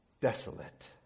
desolate